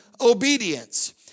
obedience